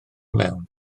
mewn